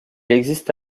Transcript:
existe